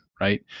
right